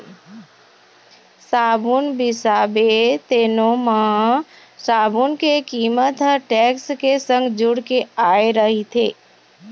साबून बिसाबे तेनो म साबून के कीमत ह टेक्स के संग जुड़ के आय रहिथे